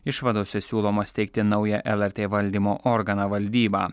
išvadose siūloma steigti naują lrt valdymo organą valdybą